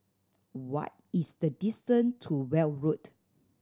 what is the distance to Weld Road